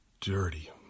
dirty